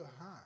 high